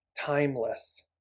timeless